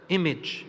image